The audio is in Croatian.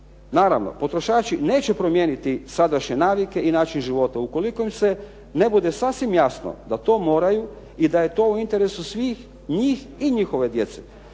Naravno, potrošači neće promijeniti sadašnje navike i način života ukoliko im se ne bude sasvim jasno da to moraju i da je to u interesu svih njih i njihove djece.